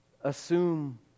assume